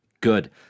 Good